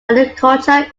agriculture